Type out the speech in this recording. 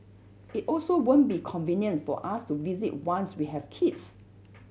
it also won't be convenient for us to visit once we have kids